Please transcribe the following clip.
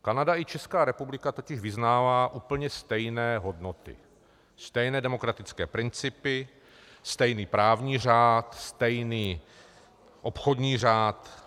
Kanada i Česká republika totiž vyznává úplně stejné hodnoty, stejné demokratické principy, stejný právní řád, stejný obchodní řád.